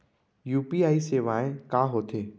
UPI सेवाएं का होथे